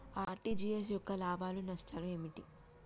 RTGS యొక్క లాభాలు నష్టాలు ఏమిటి?